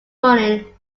morning